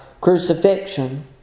crucifixion